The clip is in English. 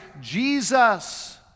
Jesus